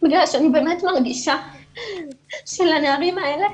בגלל שאני באמת מרגישה שלנערים האלה,